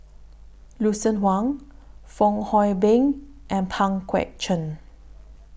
Lucien Wang Fong Hoe Beng and Pang Guek Cheng